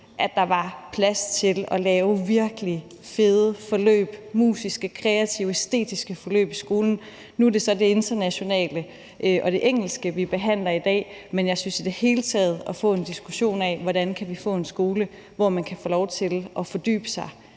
at der var plads til at lave virkelig fede forløb i skolen, musiske, kreative, æstetiske forløb. Nu er det så det internationale og det engelske, vi behandler i dag, men jeg synes i det hele taget, det er vigtigt at få en diskussion af, hvordan vi kan få en skole, hvor man kan få lov til at fordybe sig